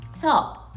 help